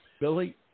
Billy